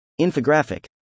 infographic